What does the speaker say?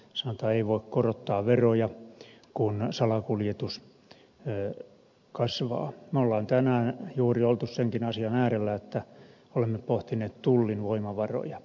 ei voi korottaa veroja kun salakuljetus kasvaa me olemme tänään juuri olleet senkin asian äärellä että olemme pohtineet tullin voimavaroja